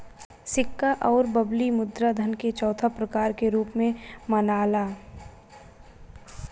सिक्का अउर बबली मुद्रा धन के चौथा प्रकार के रूप में मनाला